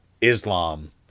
Islam